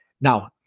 Now